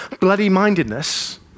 bloody-mindedness